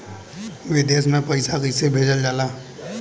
विदेश में पैसा कैसे भेजल जाला?